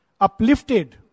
uplifted